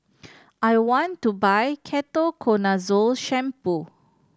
I want to buy Ketoconazole Shampoo